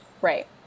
right